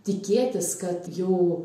tikėtis kad jau